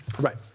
right